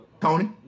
Tony